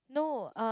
no uh